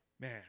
man